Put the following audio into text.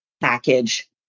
package